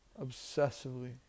obsessively